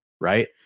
right